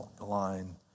line